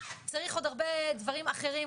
צריך עוד הרבה דברים אחרים,